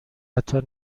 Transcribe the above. حتی